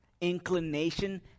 inclination